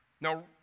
Now